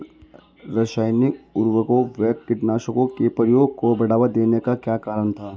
रासायनिक उर्वरकों व कीटनाशकों के प्रयोग को बढ़ावा देने का क्या कारण था?